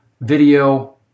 Video